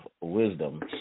Wisdom